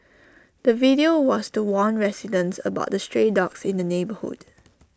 the video was to warn residents about the stray dogs in the neighbourhood